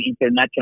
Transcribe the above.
international